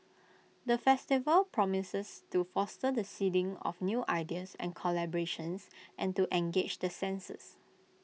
the festival promises to foster the seeding of new ideas and collaborations and engage the senses